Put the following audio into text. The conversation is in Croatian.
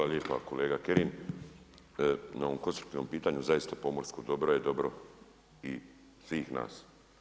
Hvala lijepa kolega Kirin na ovom konstruktivnom pitanju zaista pomorsko dobro je dobro i svih nas.